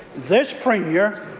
this premier